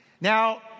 Now